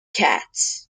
cats